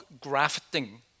grafting